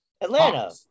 Atlanta